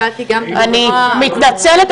אני מתנצלת,